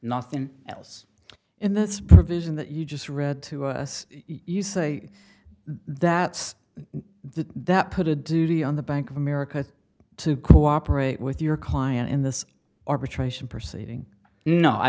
nothing else in this provision that you just read to us you say that the that put a duty on the bank of america to cooperate with your client in this arbitration proceeding no i